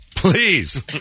Please